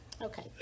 Okay